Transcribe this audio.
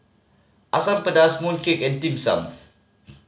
Asam Pedas mooncake and Dim Sum